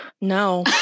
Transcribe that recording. No